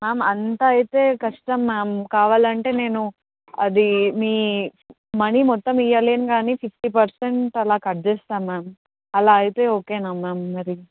ma'am అంతా అయితే కష్టం మ్యామ్ కావాలంటే నేను అది మీ మనీ మొత్తం ఇవ్వలేను కానీ ఫిఫ్టీ పర్సెంట్ అలా కట్ చేేస్తాం మ్యామ్ అలా అయితే ఓకే మ్యామ్ మరి